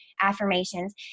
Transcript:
affirmations